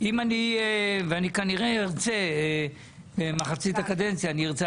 אם אני ואני כנראה ארצה במחצית הקדנציה אני ארצה,